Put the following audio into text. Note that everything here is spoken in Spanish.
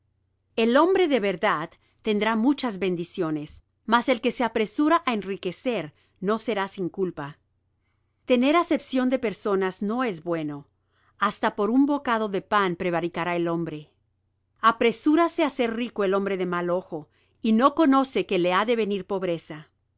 el hombre de verdad tendrá muchas bendiciones mas el que se apresura á enriquecer no será sin culpa tener acepción de personas no es bueno hasta por un bocado de pan prevaricará el hombre apresúrase á ser rico el hombre de mal ojo y no conoce que le ha de venir pobreza